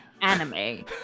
Anime